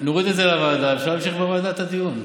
נוריד את זה לוועדה, אפשר להמשיך בוועדה את הדיון.